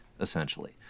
essentially